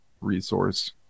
resource